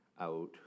out